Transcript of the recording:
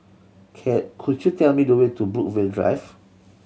can could you tell me the way to Brookvale Drive